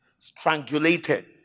Strangulated